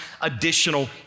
additional